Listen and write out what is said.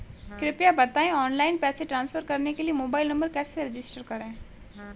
कृपया बताएं ऑनलाइन पैसे ट्रांसफर करने के लिए मोबाइल नंबर कैसे रजिस्टर करें?